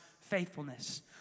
faithfulness